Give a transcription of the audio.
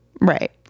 Right